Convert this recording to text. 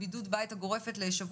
והשעה